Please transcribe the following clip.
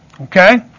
Okay